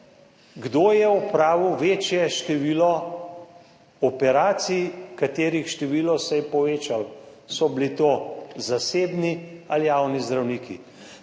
kdo je opravil večje število operacij, katerih število se je povečalo, so bili to zasebni ali javni zdravniki.